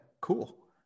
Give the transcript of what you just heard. Cool